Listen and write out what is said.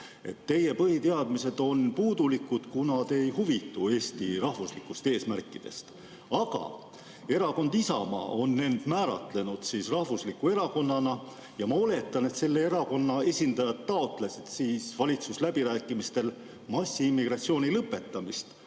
Teie põhiteadmised on puudulikud, kuna te ei huvitu Eesti rahvuslikest eesmärkidest. Aga erakond Isamaa on end määratlenud rahvusliku erakonnana ja ma oletan, et selle erakonna esindajad taotlesid valitsusläbirääkimistel massiimmigratsiooni lõpetamist,